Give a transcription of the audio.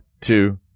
two